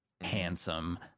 handsome